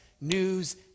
news